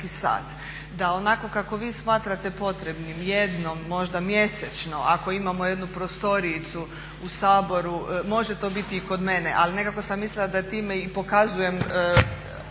da onako kako vi smatrate potrebnim jednom mjesečno, ako imamo jednu prostorijicu u Saboru, može to biti i kod mene, ali nekako sam mislila da time i pokazujem